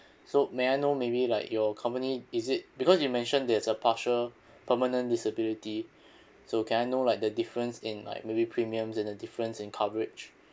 so may I know maybe like your company is it because you mentioned there is a partial permanent disability so can I know like the difference in like maybe premiums and the difference in coverage